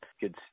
Good